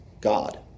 God